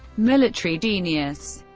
military genius.